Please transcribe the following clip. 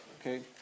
okay